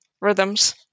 Rhythms